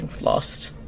lost